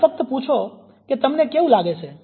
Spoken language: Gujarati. તમે ફક્ત પૂછો કે તમને કેવું લાગે છે